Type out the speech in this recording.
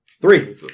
Three